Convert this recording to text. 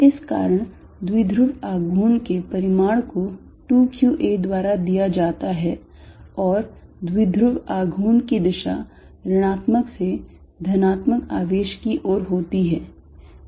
इस कारण द्विध्रुव आघूर्ण के परिमाण को 2qa द्वारा दिया जाता है और द्विध्रुव आघूर्ण की दिशा ऋणात्मक से धनात्मक आवेश की ओर होती है